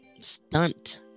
stunt